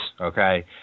okay